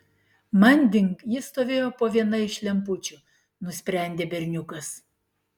manding jis stovėjo po viena iš lempučių nusprendė berniukas